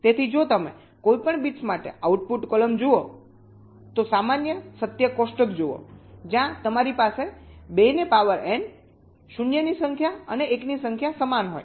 તેથી જો તમે કોઈપણ બિટ્સ માટે આઉટપુટ કોલમ જુઓ છો તો સામાન્ય સત્ય કોષ્ટક જુઓ જ્યાં તમારી પાસે 2 ને પાવર એન શૂન્યની સંખ્યા અને એકની સંખ્યા સમાન હોય